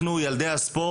אנחנו, ילדי הספורט,